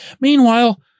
Meanwhile